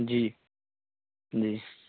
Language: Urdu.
جی جی